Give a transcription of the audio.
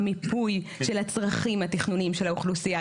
המיפוי של הצרכים התכנוניים של האוכלוסייה.